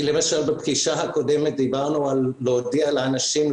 בפגישה הקודמת למשל דיברנו על הודעה לאנשים,